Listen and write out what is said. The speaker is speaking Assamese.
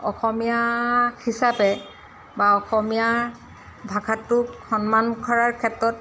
অসমীয়া হিচাপে বা অসমীয়া ভাষাটোক সন্মান কৰাৰ ক্ষেত্ৰত